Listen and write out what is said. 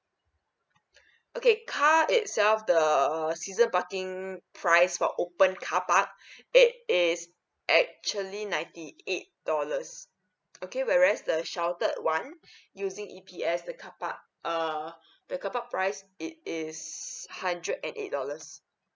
okay car itself the season parking price for open carpark it is actually ninety eight dollars okay whereas the sheltered one using E_P_S the car park err the car park price it is hundred and eight dollars